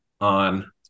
on